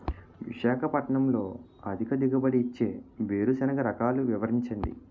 విశాఖపట్నంలో అధిక దిగుబడి ఇచ్చే వేరుసెనగ రకాలు వివరించండి?